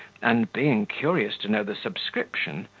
and being curious to know the subscription,